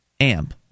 AMP